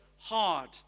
hard